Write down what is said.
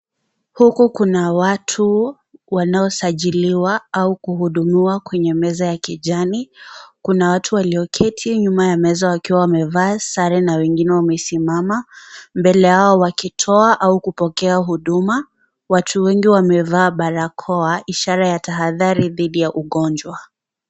Huku kuna watu wanaosajiliwa au kuhudumiwa kwenye meza ya kijani. Kuna watu walioketi nyuma ya meza wakiwa wamevaa sare na wengine wamesimama, mbele yao wakitoa au kupokea huduma. Watu wengi wamevaa barakoa ishara ya tahadhari dhidi ya ugonjwa.